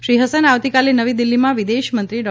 શ્રી હસન આવતીકાલે નવી દિલ્હીમાં વિદેશમંત્રી ડો